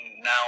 now